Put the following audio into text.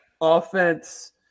offense